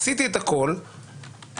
עשיתי הכול,